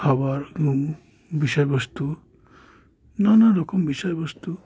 খাবার বিষয়বস্তু নানা রকম বিষয়বস্তু